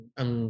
ang